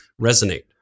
resonate